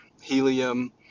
helium